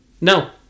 No